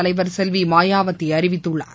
தலைவர் செல்வி மாயாவதி அறிவித்துள்ளார்